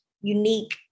unique